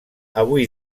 avui